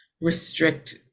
restrict